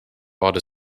bought